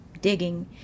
digging